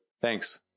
Thanks